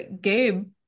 Gabe